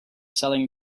selling